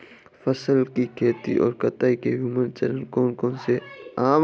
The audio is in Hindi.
फसल की खेती और कटाई के विभिन्न चरण कौन कौनसे हैं?